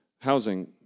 housing